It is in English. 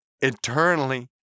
eternally